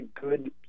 good